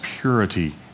purity